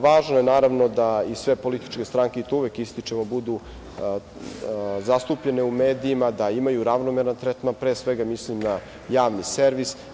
Važno je naravno da i sve političke strane, to uvek ističemo, budu zastupljene u medijima, da imaju ravnomeran tretman, pre svega mislim na javni servis.